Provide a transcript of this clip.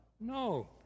No